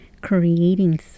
creating